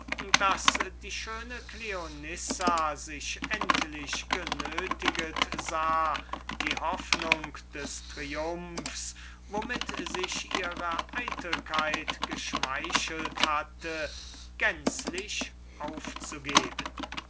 daß die schöne cleonissa sich genötiget sah die hoffnung des triumphs womit sich ihre eitelkeit geschmeichelt hatte gänzlich aufzugeben